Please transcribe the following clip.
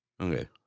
Okay